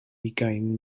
ugain